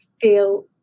feel